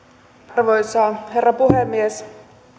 arvoisa herra puhemies